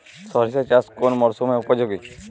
সরিষা চাষ কোন মরশুমে উপযোগী?